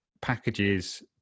packages